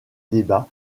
débat